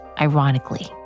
ironically